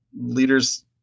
Leaders